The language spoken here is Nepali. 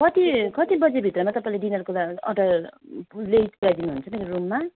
कति कतिबजीभित्रमा तपाईँले डिनरको अर्डर ल्याई पुऱ्याइदिनुहुन्छ मेरो रुममा